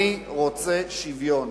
אני רוצה שוויון.